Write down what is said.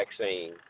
vaccine